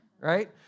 right